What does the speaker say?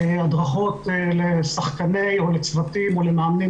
הדרכות לשחקני או לצוותים או למאמנים